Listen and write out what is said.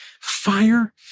fire